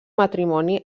matrimoni